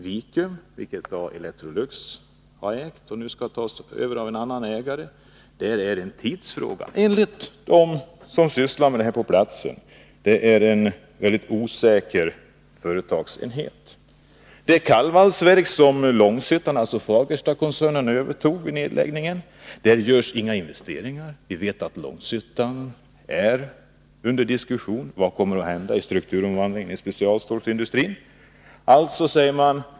Wicum AB, som har ägts av Electrolux, skall nu tas över av en annan ägare, och där är det en tidsfråga. Enligt dem som arbetar på platsen är detta en mycket osäker företagsenhet. I kallvalsverket, som Långshyttan driver och som alltså Fagerstakoncernen övertog, görs inga investeringar. Vi vet att Långshyttan är under diskussion. Man frågar: Vad kommer att hända i samband med strukturomvandlingen inom specialstålsindustrin?